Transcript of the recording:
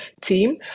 team